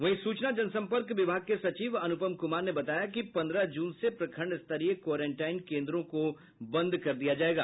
वहीं सूचना जनसम्पर्क सचिव अनुपम कुमार ने बताया कि पन्द्रह जून से प्रखंड स्तरीय क्वारेंटीन कोन्द्रों को बंद कर दिया जायेगा